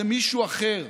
זה מישהו אחר,